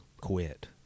quit